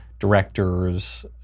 Directors